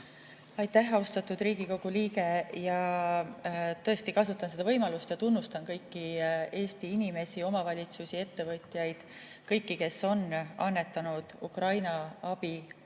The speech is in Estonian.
Aitäh, austatud Riigikogu liige! Tõesti, kasutan seda võimalust ja tunnustan kõiki Eesti inimesi ja omavalitsusi, ettevõtjaid – kõiki, kes on annetanud Ukraina abistamiseks.